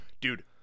dude